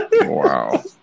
Wow